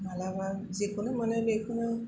मालाबा जेखौनो मोनो बेखौनो